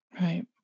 Right